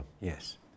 yes